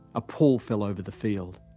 a pall fell over the field.